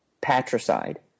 patricide